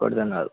ఒకరితోని కాదు